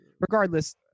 Regardless